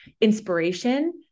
inspiration